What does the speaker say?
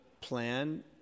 plan